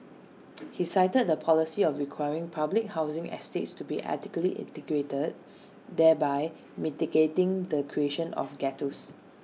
he cited the policy of requiring public housing estates to be ethnically integrated thereby mitigating the creation of ghettos